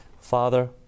Father